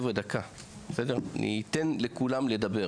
תרשמו את הדברים ואני אתן לכולם לדבר.